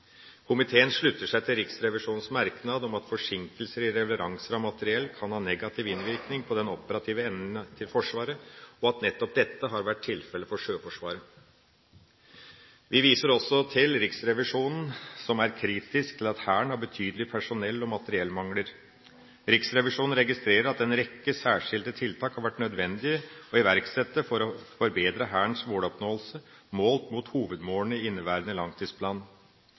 Komiteen slutter seg til Riksrevisjonens merknad om at forsinkelser i leveranser av materiell kan ha negativ innvirkning på den operative evnen til Forsvaret, og at nettopp dette har vært tilfellet for Sjøforsvaret. Vi viser også til at Riksrevisjonen er kritisk til at Hæren har betydelige personell- og materiellmangler. Riksrevisjonen registrerer at en rekke særskilte tiltak har vært nødvendig å iverksette for å bedre Hærens måloppnåelse målt mot hovedmålene i inneværende langtidsplan.